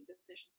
decisions